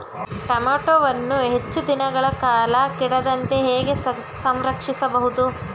ಟೋಮ್ಯಾಟೋವನ್ನು ಹೆಚ್ಚು ದಿನಗಳ ಕಾಲ ಕೆಡದಂತೆ ಹೇಗೆ ಸಂರಕ್ಷಿಸಬಹುದು?